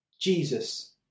Jesus